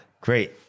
Great